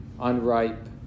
unripe